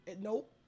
nope